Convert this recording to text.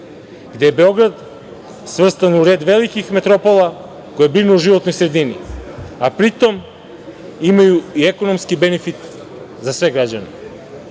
gde je Beograd svrstan u red velikih metropola koje brinu o životnoj sredini, a pri tom, imaju i ekonomski benefit za sve građane. Ovi